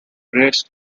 rest